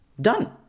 done